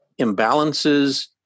imbalances